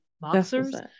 boxers